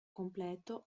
completo